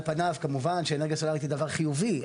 על פניו כמובן שאנרגיה סולארית היא דבר חיובי,